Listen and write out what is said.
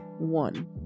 one